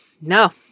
No